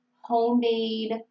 homemade